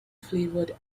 flavoured